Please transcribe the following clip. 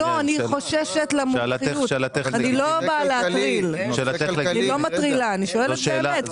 אני לא באה להטריל אלא אני שואלת באמת.